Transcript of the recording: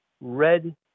red